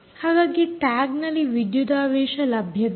ಹಾಗಾಗಿ ಟ್ಯಾಗ್ನಲ್ಲಿ ವಿದ್ಯುದಾವೇಶ ಲಭ್ಯವಿದೆ